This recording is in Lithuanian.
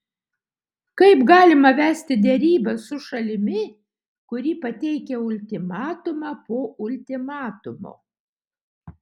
kaip galima vesti derybas su šalimi kuri pateikia ultimatumą po ultimatumo